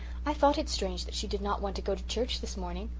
i thought it strange that she did not want to go to church this morning.